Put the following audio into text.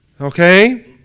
okay